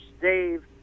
Dave